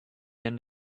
end